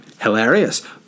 Hilarious